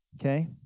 okay